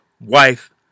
wife